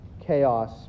Chaos